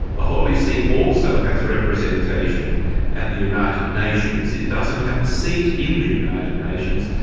the holy see also has representation at the united nations. it doesn't have a seat in the united nations,